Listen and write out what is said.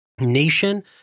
nation